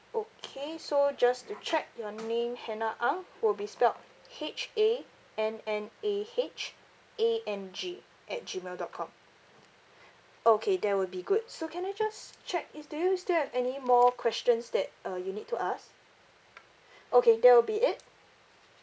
okay so just to check your name hannah ang will be spelled H A N N A H A N G at gmail dot com okay that will be good so can I just check is do you still have anymore questions that uh you need to ask okay that will be it